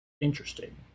Interesting